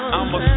I'ma